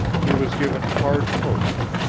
he was given hard posts,